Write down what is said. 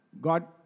God